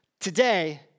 today